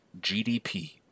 GDP